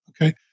okay